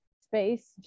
space